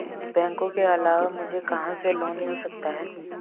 बैंकों के अलावा मुझे कहां से लोंन मिल सकता है?